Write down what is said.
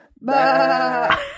Bye